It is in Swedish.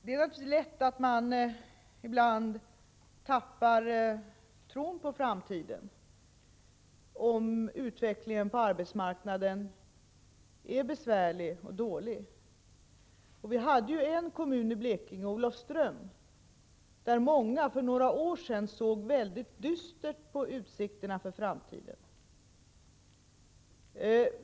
Det är självfallet lätt hänt att människor ibland tappar tron på framtiden, om situationen på arbetsmarknaden är besvärlig och utvecklingen dålig. I en kommun i Blekinge, Olofström, såg många för några år sedan mycket dystert på utsikterna för framtiden.